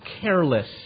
careless